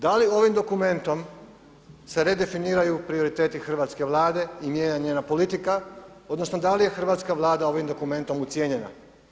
Da li ovim dokumentom se redefiniraju prioriteti hrvatske Vlade i mijenja njena politika, odnosno da li je hrvatska Vlada ovim dokumentom ucijenjena?